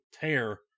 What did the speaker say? tear